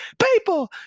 people